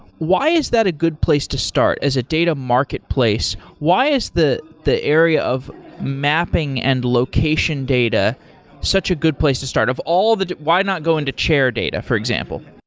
why is that a good place to start as a data marketplace? why is the the area of mapping and location data such a good place to start, of all why not go into chair data, for example?